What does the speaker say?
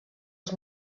els